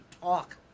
talk